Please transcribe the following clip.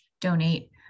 donate